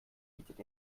bietet